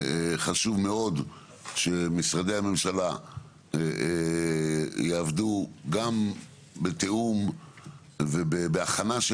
חשוב מאוד שמשרדי הממשלה יעבדו גם בתיאום ובהכנה של